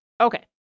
Okay